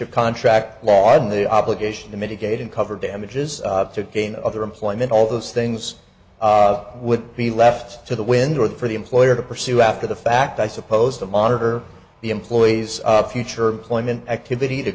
of contract law and the obligation to mitigate and cover damages to gain other employment all those things would be left to the window for the employer to pursue after the fact i suppose to monitor the employee's future employment activity to